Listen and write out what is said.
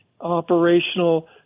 operational